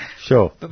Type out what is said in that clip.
sure